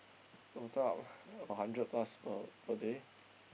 total up about hundred plus per per day